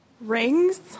Rings